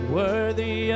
worthy